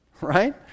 right